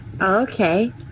Okay